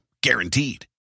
guaranteed